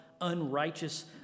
unrighteous